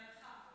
לידך.